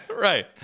Right